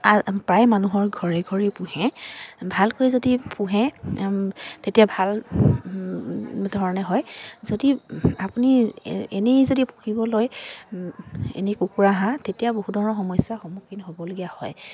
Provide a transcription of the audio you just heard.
প্ৰায় মানুহৰ ঘৰে ঘৰি পোহে ভালকৈ যদি পোহে তেতিয়া ভাল ধৰণে হয় যদি আপুনি এনেই যদি পুহিব লয় এনেই কুকুৰা হাঁহ তেতিয়া বহু ধৰণৰ সমস্যাৰ সন্মুখীন হ'বলগীয়া হয়